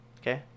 Okay